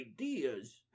ideas